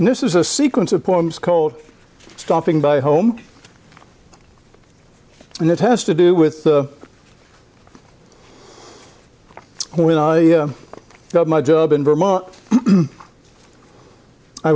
and this is a sequence of poems called stopping by home and it has to do with when i got my job in vermont i